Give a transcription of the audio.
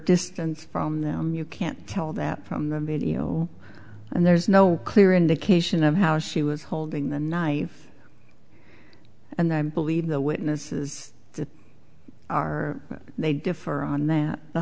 distance from them you can't tell that from the video and there's no clear indication of how she was holding the knife and i believe the witnesses are they differ on that